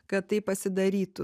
kad taip pasidarytų